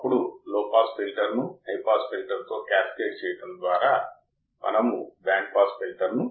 ఇప్పుడు 200000 లేదా 250000 గైన్ ఈ పరికరాన్ని ఆచరణాత్మకంగా పనికి రాకుండా చేస్తుంది సరే